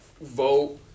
vote